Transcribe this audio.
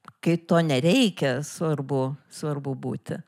kai to nereikia svarbu svarbu būti